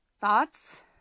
Thoughts